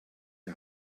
die